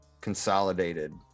consolidated